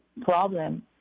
problem